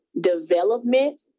development